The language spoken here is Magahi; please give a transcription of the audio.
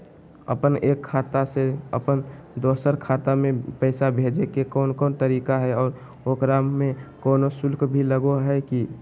अपन एक खाता से अपन दोसर खाता में पैसा भेजे के कौन कौन तरीका है और ओकरा में कोनो शुक्ल भी लगो है की?